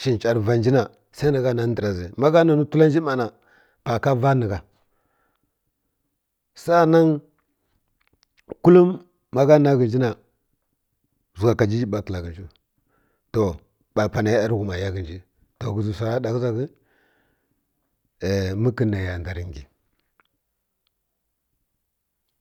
shincha rǝva nji na sai nǝgha nanǝ́ ndǝra zǝ magha naǝ wtula nji ˈmana pa ka va nǝgha saanan kulum magha nanǝ ghinji na wzugha kajiji ɓa na kǝla ghǝnju to ɓa panai ˈyarighuma ya ghǝnji to ghǝzǝ wsara ɗa ghǝza ghi mǝkǝnǝ nai ya ndar ngi